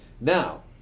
Now